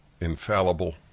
infallible